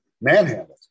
manhandled